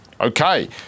Okay